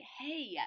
hey